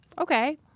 okay